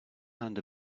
hand